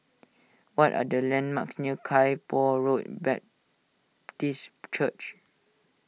what are the landmark near Kay Poh Road Baptist Church